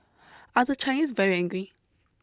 are the Chinese very angry